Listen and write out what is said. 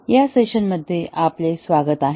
या सेशनमध्ये आपले स्वागत आहे